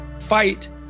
fight